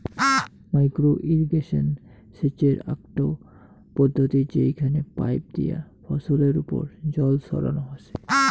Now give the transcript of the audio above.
micro irrigation সেচের আকটো পদ্ধতি যেইখানে পাইপ দিয়া ফছলের ওপর জল ছড়ানো হসে